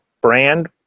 brand